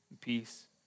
Peace